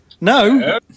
No